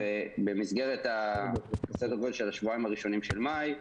במסגרת סדר גודל של השבועיים הראשונים של מאי,